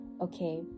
Okay